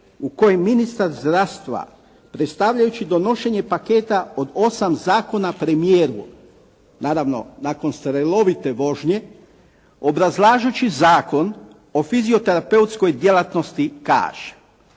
u kojem ministar zdravstva predstavlja donošenje paketa od 8 zakona premijeru, naravno nakon strelovite vožnje, obrazlažući Zakon o fizioterapeutskoj djelatnosti kaže: